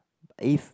if